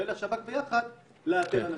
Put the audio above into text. ולשב"כ כדי לאתר אנשים?